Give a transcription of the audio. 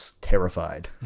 terrified